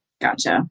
Gotcha